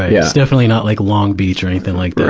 yeah it's definitely not like long beach or anything like that.